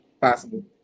possible